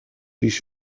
ریش